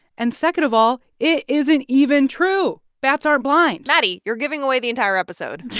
and second of all, it isn't even true. bats aren't blind maddie, you're giving away the entire episode yeah,